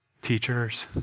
Teachers